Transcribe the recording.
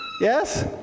Yes